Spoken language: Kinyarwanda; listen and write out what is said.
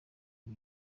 ibi